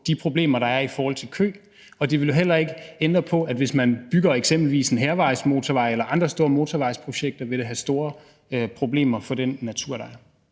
de problemer, der er i forhold til kødannelse, og det vil heller ikke ændre på, at hvis man eksempelvis bygger en hærvejsmotorvej eller påbegynder andre store motorvejsprojekter, vil det give store problemer for den natur, der er.